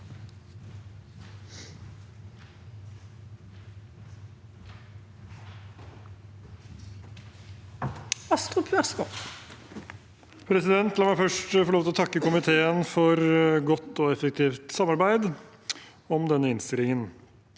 først få lov til å takke komiteen for godt og effektivt samarbeid om denne innstillingen.